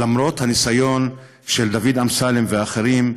למרות הניסיון של דוד אמסלם ואחרים,